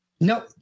No